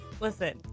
listen